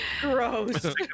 gross